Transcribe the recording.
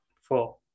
Four